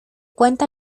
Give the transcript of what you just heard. cuenta